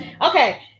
Okay